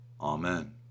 Amen